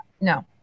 No